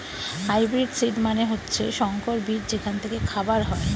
hybrid seed মানে হচ্ছে সংকর বীজ যেখান থেকে খাবার হয়